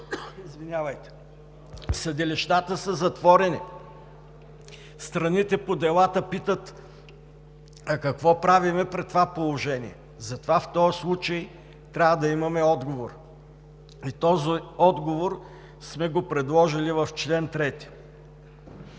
съдилищата са затворени, страните по делата питат: „А какво правим при това положение?“ Затова в този случай трябва да имаме отговор и този отговор сме го предложили в чл. 3.